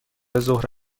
ظهر